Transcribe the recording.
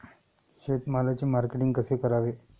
शेतमालाचे मार्केटिंग कसे करावे?